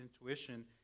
intuition